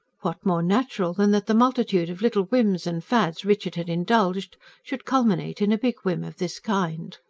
what more natural than that the multitude of little whims and fads richard had indulged should culminate in a big whim of this kind?